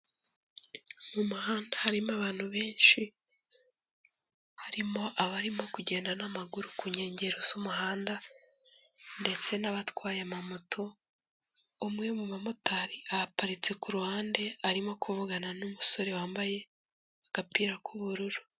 Mu muhanda harimo abantu benshi, harimo abarimo kugenda n'amaguru ku nkengero z'umuhanda ndetse n'abatwaye amamoto, umwe mu bamotari aparitse ku ruhande arimo kuvugana n'umusore wambaye agapira k'ubururu.